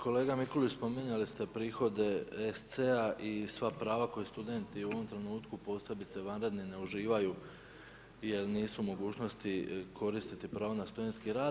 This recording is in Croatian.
Kolega Mikulić spominjali ste prihode SC-a i sva prava koji studenti u ovom trenutku, posebice vanredni ne uživaju, jer nisu u mogućnosti koristiti pravo na studentski rad.